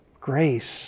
grace